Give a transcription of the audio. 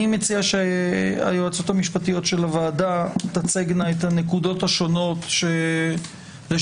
אני מציע שהיועצות המשפטיות של הוועדה תצגנה את הנקודות השונות שלשיטתכן